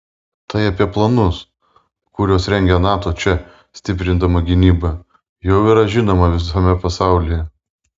tai apie planus kuriuos rengia nato čia stiprindama gynybą jau yra žinoma visame pasaulyje